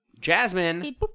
Jasmine